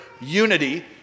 unity